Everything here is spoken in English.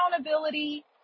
accountability